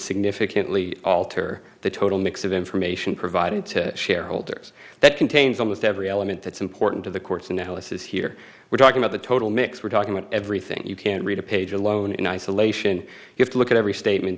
significantly alter the total mix of information provided to shareholders that contains almost every element that's important to the court's analysis here we're talking about the total mix we're talking about everything you can't read a page alone in isolation you have to look at every statement